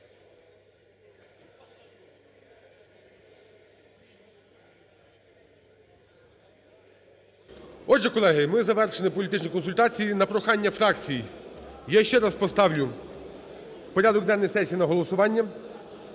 Отже, колеги, ми завершили політичні консультації. На прохання фракцій я ще раз поставлю порядок денний сесії на голосування.